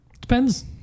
Depends